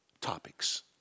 topics